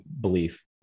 belief